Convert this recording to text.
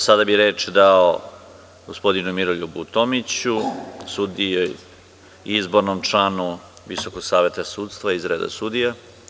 Sada bih reč dao gospodinu Miroljubu Tomiću, izbornom članu Visokog saveta sudstva iz reda sudija.